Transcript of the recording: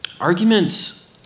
arguments